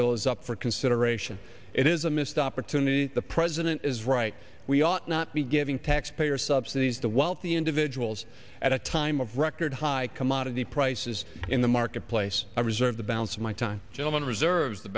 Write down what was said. is up for consideration it is a missed opportunity the president is right we ought not be giving taxpayer subsidies to wealthy individuals at a time of record high commodity prices in the marketplace i reserve the balance of my time gentleman reserves the